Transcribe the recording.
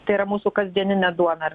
tai yra mūsų kasdieninė duona ar